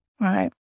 Right